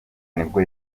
nibwo